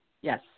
yes